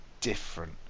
different